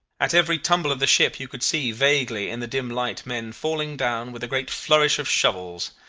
at every tumble of the ship you could see vaguely in the dim light men falling down with a great flourish of shovels.